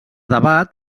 debat